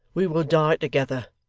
we will die together